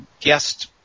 guest